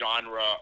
genre